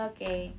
Okay